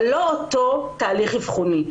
זה לא אותו תהליך אבחוני.